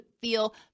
feel